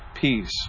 peace